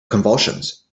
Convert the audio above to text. convulsions